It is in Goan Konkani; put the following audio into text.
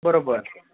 बरोबर